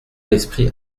l’esprit